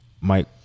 Mike